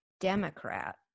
Democrat